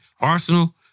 Arsenal